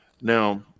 Now